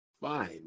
fine